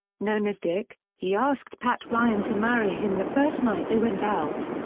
known as dick, he asked pat ryan to marry him the first night they went out.